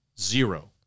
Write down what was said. zero